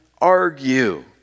argue